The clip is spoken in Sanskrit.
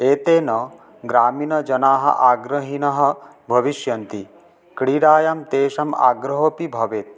एतेन ग्रामीणजनाः आग्रहिणः भविष्यन्ति क्रीडायां तेषाम् आग्रहोऽपि भवेत्